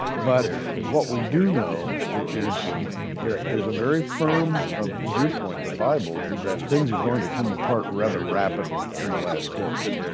but what we do know is that there's a very firm ah viewpoint in the bible that things are going to come apart rather rapidly in the last days.